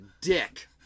dick